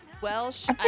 Welsh